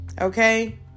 Okay